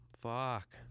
Fuck